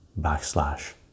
backslash